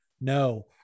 no